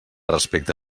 respecte